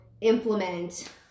implement